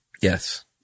Yes